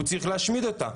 אבל הוא צריך להשמיד אותה.